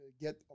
get